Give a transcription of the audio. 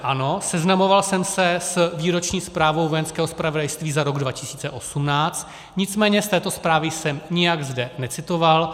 Ano, seznamoval jsem se s výroční zprávou Vojenského zpravodajství za rok 2018, nicméně z této zprávy jsem nijak zde necitoval.